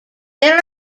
there